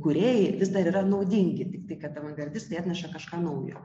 kūrėjai vis dar yra naudingi tik kad avangardistai atneša kažką naujo